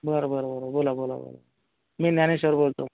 बरं बरं बरं बोला बोला बोला मी न्यानेश्वर बोलतो